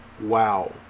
Wow